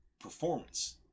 performance